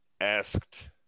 asked